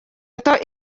ifoto